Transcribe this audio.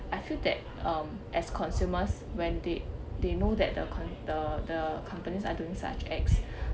I feel that um as consumers when they they know that the con~ the the companies are doing such acts